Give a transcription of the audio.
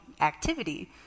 activity